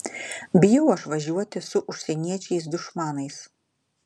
bijau aš važiuoti su užsieniečiais dušmanais